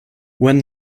when